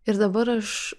ir dabar aš